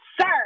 sir